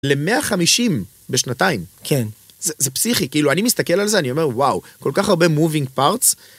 ל-150 בשנתיים. כן. זה פסיחי, כאילו, אני מסתכל על זה, אני אומר, וואו, כל כך הרבה moving parts.